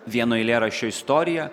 vieno eilėraščio istorija